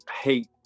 hate